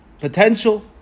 potential